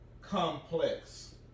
complex